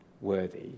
worthy